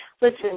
listen